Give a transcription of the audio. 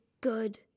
good